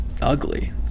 ugly